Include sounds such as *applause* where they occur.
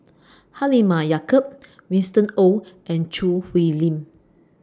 Halimah Yacob *noise* Winston Oh and Choo Hwee Lim